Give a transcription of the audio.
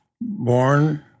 born